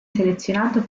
selezionato